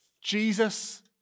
Jesus